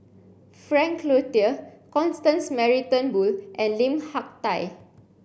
Frank Cloutier Constance Mary Turnbull and Lim Hak Tai